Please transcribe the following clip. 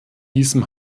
diesem